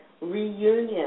reunion